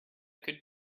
could